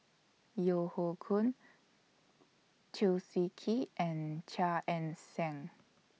Yeo Hoe Koon Chew Swee Kee and Chia Ann Siang